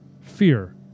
Fear